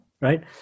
right